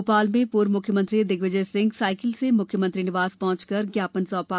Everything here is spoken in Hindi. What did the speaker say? भोपाल में पूर्व मुख्यमंत्री दिग्विजय सिंह साइकिल से मुख्यमंत्री निवास पहुंचकर ज्ञापन सौंपा